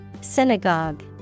Synagogue